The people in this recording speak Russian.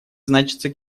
значится